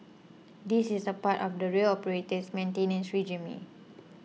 this is a part of the rail operator's maintenance regime